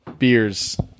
beers